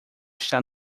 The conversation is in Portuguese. está